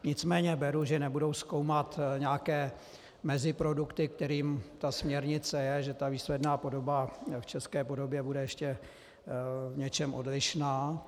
Nicméně beru, že nebudou zkoumat nějaké meziprodukty, kterými ta směrnice je, že ta výsledná podoba v české podobě bude ještě v něčem odlišná.